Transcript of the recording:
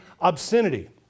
obscenity